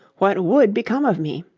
what would become of me?